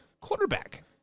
quarterback